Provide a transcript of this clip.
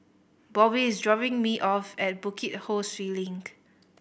Bobbie is dropping me off at Bukit Ho Swee Link